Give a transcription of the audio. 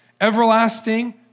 everlasting